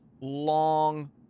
long